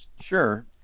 Sure